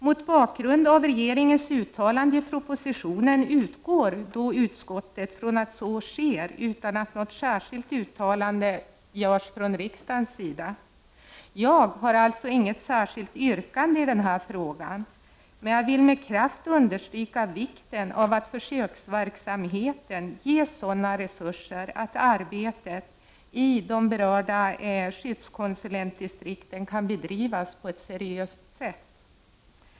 Mot bakgrund av regeringens uttalanden i propositionen, utgår utskottet från att så sker utan att något särskilt uttalande görs från riksdagens sida. Jag har alltså inget särskilt yrkande i denna fråga. Men jag vill med kraft understryka vikten av att försöksverksamheten ges sådana resurser att arbetet i de berörda skyddskonsulentdistrikten kan bedrivas på ett seriöst sätt.